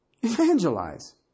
Evangelize